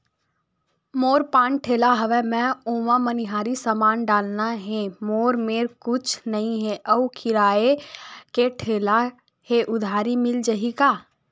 मोर पान ठेला हवय मैं ओमा मनिहारी समान डालना हे मोर मेर कुछ नई हे आऊ किराए के ठेला हे उधारी मिल जहीं का?